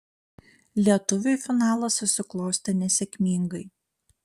lietuviui finalas susiklostė nesėkmingai